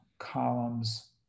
columns